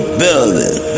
building